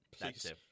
Please